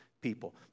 people